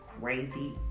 crazy